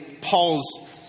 Paul's